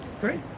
Great